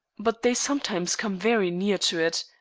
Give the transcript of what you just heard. but they sometimes come very near to it,